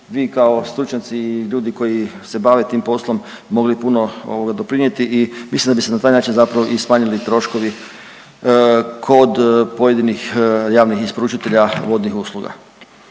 vi kao stručnjaci i ljudi koji se bave tim poslom mogli puno ovoga doprinijeti i mislim da bi se na taj način zapravo i smanjili troškovi kod pojedinih javnih isporučitelja vodnih usluga.